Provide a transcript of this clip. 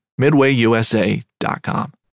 MidwayUSA.com